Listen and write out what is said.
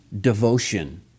devotion